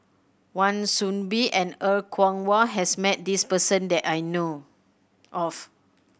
Wan Soon Bee and Er Kwong Wah has met this person that I know of